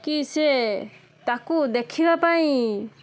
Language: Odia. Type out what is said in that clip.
କି ସିଏ ତାକୁ ଦେଖିବା ପାଇଁ